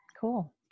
cool